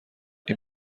این